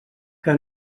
que